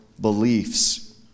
beliefs